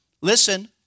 listen